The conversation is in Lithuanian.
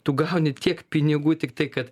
tu gauni tiek pinigų tiktai kad